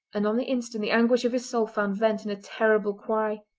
and on the instant the anguish of his soul found vent in a terrible cry.